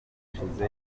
hashize